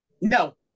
No